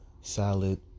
salad